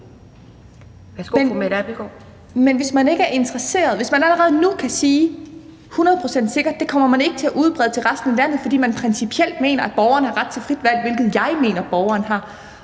det; hvis man allerede nu kan sige hundrede procent sikkert, at det kommer man ikke til at udbrede til resten af landet, fordi man principielt mener, at borgeren har ret til frit valg, hvilket jeg mener borgeren har,